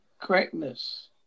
correctness